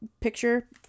picture